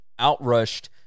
outrushed